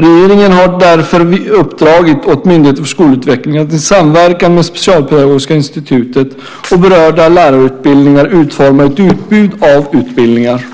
Regeringen har därför uppdragit åt Myndigheten för skolutveckling att i samverkan med Specialpedagogiska institutet och berörda lärarutbildningar utforma ett utbud av utbildningar.